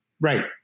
Right